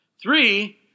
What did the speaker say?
Three